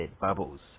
bubbles